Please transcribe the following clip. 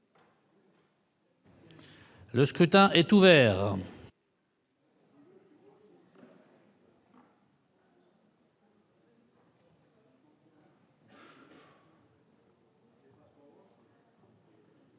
Le scrutin est ouvert.